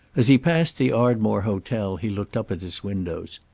as he passed the ardmore hotel he looked up at its windows.